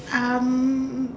um